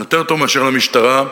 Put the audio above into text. יותר טוב מאשר למשטרה,